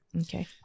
Okay